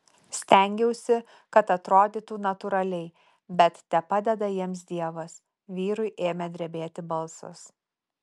stengiausi kad atrodytų natūraliai bet tepadeda jiems dievas vyrui ėmė drebėti balsas